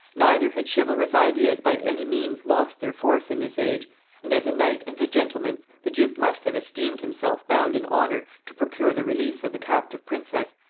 neither had chivalrous ideas by any means lost their force in this age and as a knight and a gentleman the duke must have esteemed himself bound in honor to procure the release of the captive princess,